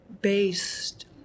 based